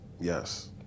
yes